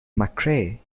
mccrae